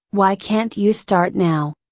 why can't you start now?